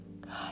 God